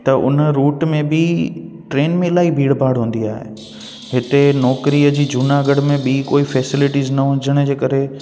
त उन रूट में बि ट्रेन में इलाही भीड़ भाड़ हूंदी आहे हिते नौकिरीअ जी जूनागढ़ में ॿी कोई फैसेलिटीज़ न हुजण जे करे